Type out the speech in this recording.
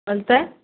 तैँ